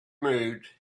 mood